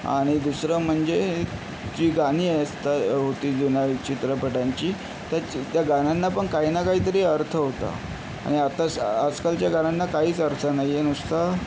आणि दुसरं म्हणजे जी गाणी असता होती जुन्या चित्रपटांची त्या गाण्यांना पण काही ना काहीतरी अर्थ होता आणि आता आजकालच्या गाण्यांना काहीच अर्थ नाही आहे नुसता